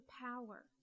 power